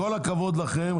עם כל הכבוד לכם,